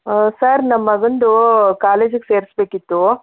sir ನಮ್ಮ ಮಗಂದು ಕಾಲೇಜಿಗ್ ಸೇರಿಸ್ಬೇಕಿತ್ತು